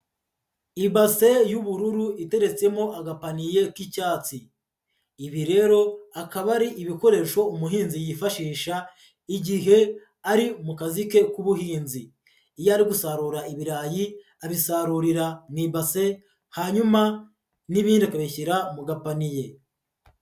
Ibase y'ubururu iteretsemo agapaniye k'icyatsi, ibi rero akaba ari ibikoresho umuhinzi yifashisha igihe ari mu kazi ke k'ubuhinzi, iyo ari gusarura ibirayi abisarurira mu ibase hanyuma n'ibindi akabishyira mu gapaniye.